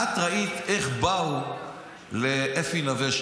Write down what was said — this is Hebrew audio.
את ראית איך באו לאפי נווה,